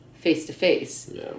face-to-face